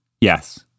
yes